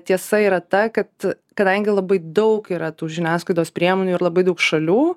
tiesa yra ta kad kadangi labai daug yra tų žiniasklaidos priemonių ir labai daug šalių